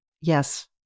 yes